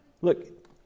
Look